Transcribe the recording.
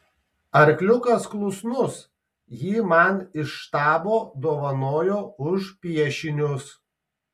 arkliukas klusnus jį man iš štabo dovanojo už piešinius